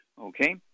Okay